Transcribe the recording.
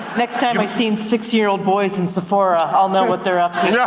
next time i see six year old boys in sephora, i'll know what they're up to. yeah